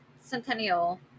Centennial